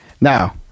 Now